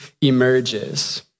emerges